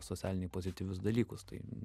socialiniai pozityvius dalykus tai